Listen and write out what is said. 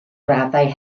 raddau